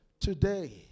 today